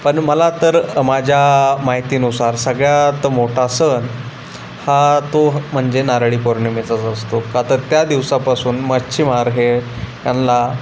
पण मला तर माझ्या माहितीनुसार सगळ्यात मोठा सण हा तो म्हणजे नारळी पौर्णिमेचाच असतो का तर त्या दिवसापासून मच्छीमार हे यांना